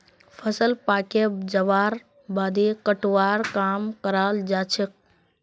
फसल पाके जबार बादे कटवार काम कराल जाछेक